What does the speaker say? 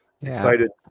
excited